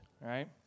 right